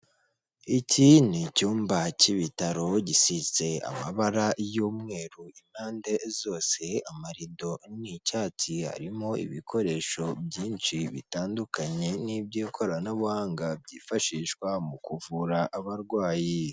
Iki ni icyumba cy'ibitaro, gisize amabara y'umweru impande zose, amarido ni icyatsi, harimo ibikoresho byinshi bitandukanye n'iby'ikoranabuhanga byifashishwa mu kuvura abarwayi.